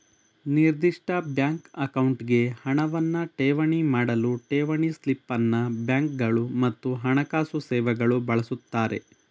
ನಿರ್ದಿಷ್ಟ ಬ್ಯಾಂಕ್ ಅಕೌಂಟ್ಗೆ ಹಣವನ್ನ ಠೇವಣಿ ಮಾಡಲು ಠೇವಣಿ ಸ್ಲಿಪ್ ಅನ್ನ ಬ್ಯಾಂಕ್ಗಳು ಮತ್ತು ಹಣಕಾಸು ಸೇವೆಗಳು ಬಳಸುತ್ತಾರೆ